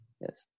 Yes